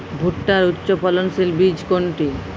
ভূট্টার উচ্চফলনশীল বীজ কোনটি?